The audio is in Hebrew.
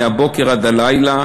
מהבוקר עד הלילה,